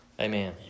Amen